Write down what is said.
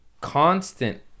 constant